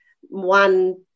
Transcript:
one